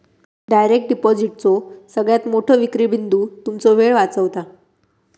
direct डिपॉजिटचो सगळ्यात मोठो विक्री बिंदू तुमचो वेळ वाचवता